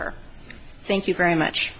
her thank you very much